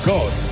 God